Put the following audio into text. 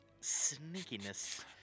sneakiness